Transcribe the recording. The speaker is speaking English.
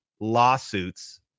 lawsuits